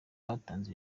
batanze